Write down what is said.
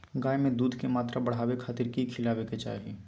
गाय में दूध के मात्रा बढ़ावे खातिर कि खिलावे के चाही?